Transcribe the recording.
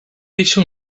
deixa